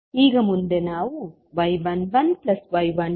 ಈಗ ಮುಂದೆ ನಾವು y11y12 0